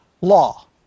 law